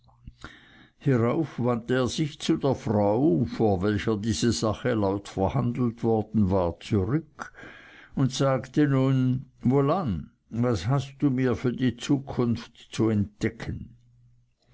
hierauf wandte er sich zu der frau vor welcher diese sache laut verhandelt worden war zurück und sagte nun wohlan was hast du mir für die zukunft zu entdecken